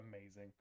amazing